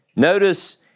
Notice